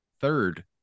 third